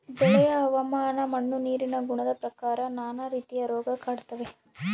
ಬೆಳೆಯ ಹವಾಮಾನ ಮಣ್ಣು ನೀರಿನ ಗುಣದ ಪ್ರಕಾರ ನಾನಾ ರೀತಿಯ ರೋಗ ಕಾಡ್ತಾವೆ